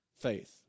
faith